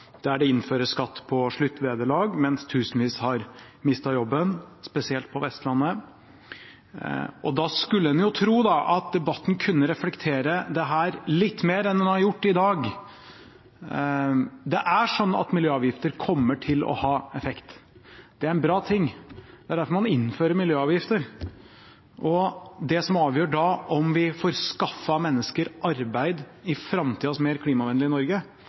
der oljepengebruken for første gang overgår netto kontantstrøm fra oljen, og der det innføres skatt på sluttvederlag, mens tusenvis har mistet jobben, spesielt på Vestlandet. En skulle tro at debatten da kunne reflektere dette litt mer enn den har gjort i dag. Miljøavgifter kommer til å ha effekt. Det er en bra ting, det er derfor man innfører miljøavgifter. Det som avgjør om vi får skaffet mennesker arbeid i framtidas mer klimavennlige Norge,